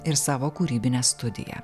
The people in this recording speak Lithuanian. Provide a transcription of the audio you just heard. ir savo kūrybine studija